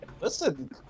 Listen